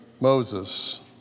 Moses